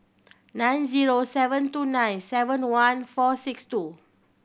nine zero seven two nine seven one four six two